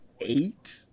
eight